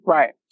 Right